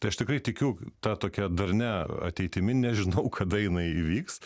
tai aš tikrai tikiu ta tokia darnia ateitimi nežinau kada jinai įvyks